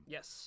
Yes